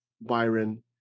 Byron